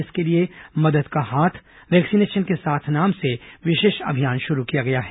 इसके लिए मदद का हाथ वैक्सीनेशन के साथ नाम से विशेष अभियान शुरू किया गया है